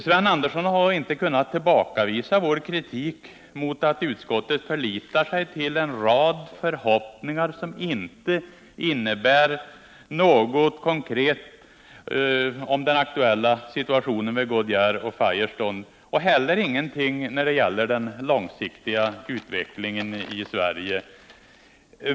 Sven Andersson har inte kunnat tillbakavisa vår kritik mot att utskottet förlitar sig på en rad förhoppningar som inte innebär något konkret när det gäller den aktuella situationen för Goodyear och Firestone och heller ingenting när det gäller den långsiktiga utvecklingen i Sverige.